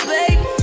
baby